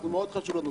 זה מאוד חשוב לנו,